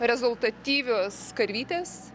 rezultatyvios karvytės